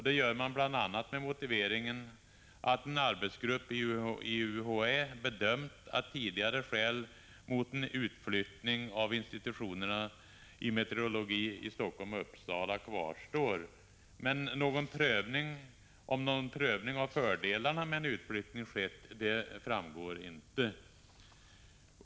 Det gör man bl.a. med motiveringen att en arbetsgrupp i UHÄ bedömt att tidigare skäl mot en utflytthing av institutionerna i meteorologi i Helsingfors och 109 Uppsala kvarstår. Om någon prövning av fördelarna med en utflyttning skett framgår inte.